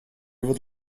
would